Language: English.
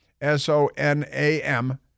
S-O-N-A-M